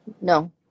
no